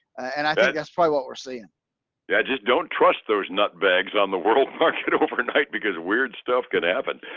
and i don't that's probably what we're seeing. yeah i just don't trust those nutbags on the world market overnight because weird stuff could happen.